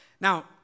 Now